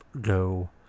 go